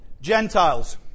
Gentiles